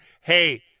hey